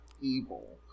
evil